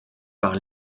par